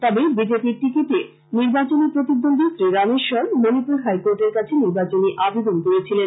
তবে বিজেপির টিকিটে নির্বাচনী প্রতিদ্বন্দি শ্রী রামেশ্বর মণিপুর হাইকোর্টের কাছে নিবার্চনী আবেদন করেছিলেন